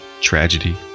tragedy